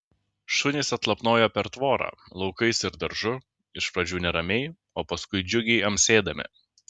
šunys atlapnojo per tvorą laukais ir daržu iš pradžių neramiai o paskui džiugiai amsėdami